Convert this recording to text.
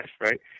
right